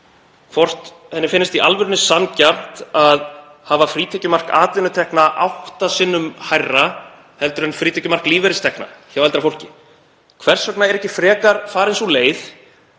hvort henni finnist í alvörunni sanngjarnt að hafa frítekjumark atvinnutekna átta sinnum hærra en frítekjumark lífeyristekna hjá eldra fólki. Hvers vegna er ekki frekar farin sú leið,